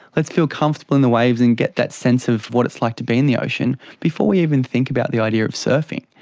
let's feel comfortable in the waves and get that sense of what it's like to be in the ocean before we even think about the idea of surfing.